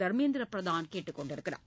தர்மேந்திர பிரதான் கேட்டுக் கொண்டுள்ளார்